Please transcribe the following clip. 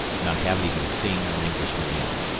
and i haven't even seen an englishman yet.